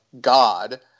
God